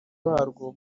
warwo